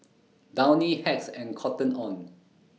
Downy Hacks and Cotton on